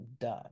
done